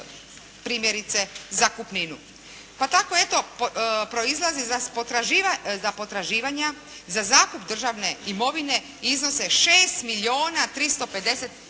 primjerice zakupninu. Pa tako eto, proizlazi za potraživanja za zakup državne imovine iznose 6 milijuna 353 tisuće